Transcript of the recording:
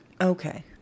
Okay